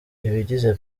ibigize